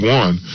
one